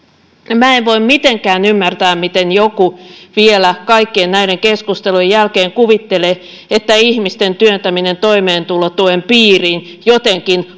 minä en voi mitenkään ymmärtää miten joku vielä kaikkien näiden keskustelujen jälkeen kuvittelee että ihmisten työntäminen toimeentulotuen piiriin jotenkin